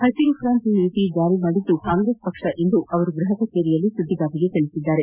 ಪಸಿರು ಕ್ರಾಂತಿ ನೀತಿ ಜಾರಿ ಮಾಡಿದ್ದು ಕಾಂಗ್ರೆಸ್ ಪಕ್ಷ ಎಂದು ಅವರು ಗೃಪಕಚೇರಿಯಲ್ಲಿ ಸುದ್ದಿಗಾರರಿಗೆ ತಿಳಿಸಿದ್ದಾರೆ